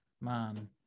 man